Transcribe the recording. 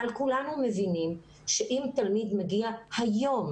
אבל כולנו מבינים שאם תלמיד מגיע היום,